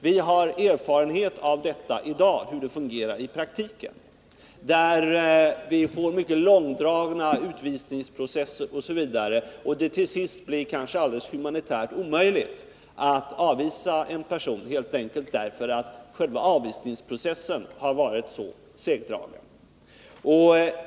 Vi har erfarenhet av hur det fungerar i praktiken i dag. Vi får mycket långdragna utvisningsprocesser osv. och till sist kanske det blir humanitärt alldeles omöjligt att avvisa en person — helt enkelt därför att själva avvisningsprocessen har varit så segdragen.